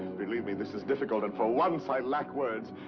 believe me this is difficult, and for once i lack words.